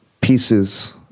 pieces